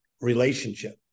relationship